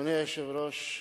אדוני היושב-ראש,